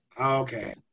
Okay